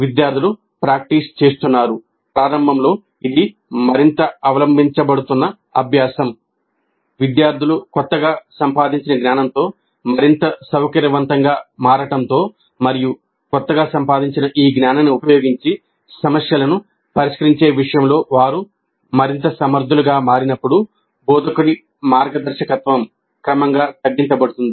విద్యార్థులు కొత్తగా సంపాదించిన జ్ఞానంతో మరింత సౌకర్యవంతంగా మారడంతో మరియు కొత్తగా సంపాదించిన ఈ జ్ఞానాన్ని ఉపయోగించి సమస్యలను పరిష్కరించే విషయంలో వారు మరింత సమర్థులుగా మారినప్పుడు బోధకుడి మార్గదర్శకత్వం క్రమంగా తగ్గించబడుతుంది